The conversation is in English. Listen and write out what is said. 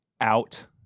out